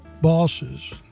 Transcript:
bosses